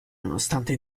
nonostante